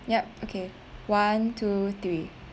yup okay one two three